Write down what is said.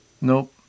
Nope